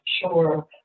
Sure